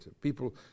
People